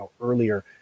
earlier